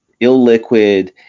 illiquid